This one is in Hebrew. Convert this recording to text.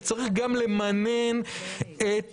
שצריך גם למנן את